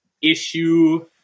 issue